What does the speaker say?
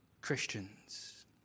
Christians